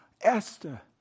Esther